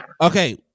Okay